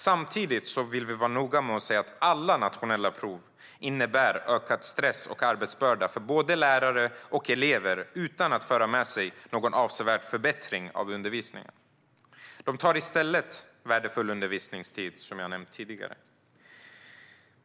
Samtidigt vill vi vara noga med att säga att alla nationella prov innebär ökad stress och arbetsbörda för både lärare och elever utan att föra med sig någon avsevärd förbättring av undervisningen. De tar i stället värdefull undervisningstid, som jag nämnt tidigare.